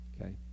okay